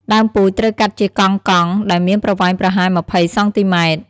ដើមពូជត្រូវកាត់ជាកង់ៗដែលមានប្រវែងប្រហែល ២០ សង់ទីម៉ែត្រ។